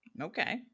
Okay